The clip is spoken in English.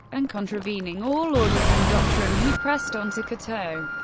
and contravening all orders and doctrine, he pressed on to cateau.